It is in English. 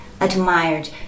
admired